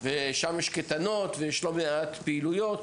ושם יש קייטנות ופעילויות.